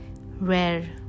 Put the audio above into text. rare